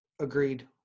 Agreed